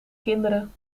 kinderen